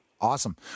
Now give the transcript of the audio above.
Awesome